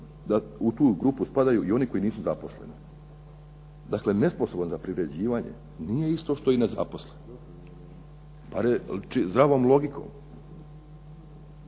to, u tu grupu spadaju i oni koji nisu zaposleni. Dakle, nesposoban za privređivanje, nije isto što i nezaposlen. Pa zdravom logikom.